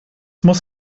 muss